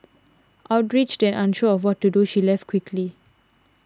outraged and unsure of what to do she left quickly